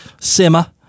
simmer